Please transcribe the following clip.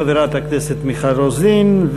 חברת הכנסת מיכל רוזין,